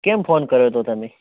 કેમ ફોન કર્યો હતો તમે